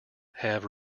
have